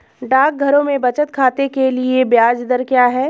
डाकघरों में बचत खाते के लिए ब्याज दर क्या है?